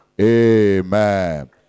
Amen